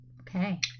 Okay